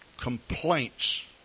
complaints